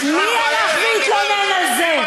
מי הלך והתלונן על זה?